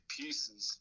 pieces